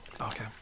Okay